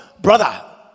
brother